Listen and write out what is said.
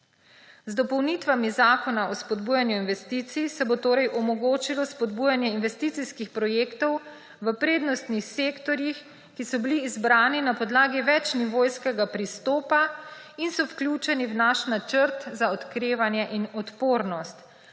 Z dopolnitvami Zakona o spodbujanju investicij se bo torej omogočilo spodbujanje investicijskih projektov v prednostnih sektorjih, ki so bili izbrani na podlagi večnivojskega pristopa in so vključeni v naš Načrt za okrevanje in odpornost.